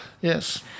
Yes